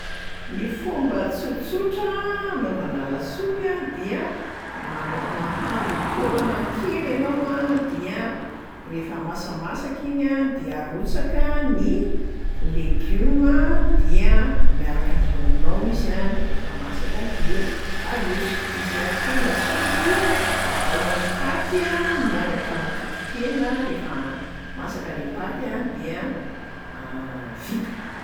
Ny fomba tsotsotra anaovana lasopy a dia: mana- mahandro taolan-kena ianao a dia rehefa masamasaka iny a dia arotsaka ny legioma, dia miaraka andrahoina ao izy a, de rehefa masaka dia aroso. Misy ihany koa ny lasopy atao am'paty a miaraka am'toton-kena, rehefa masaka le paty a dia vita.